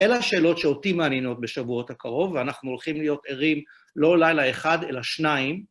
אלה השאלות שאותי מעניינות בשבועות הקרוב, ואנחנו הולכים להיות ערים לא לילה אחד, אלא שניים.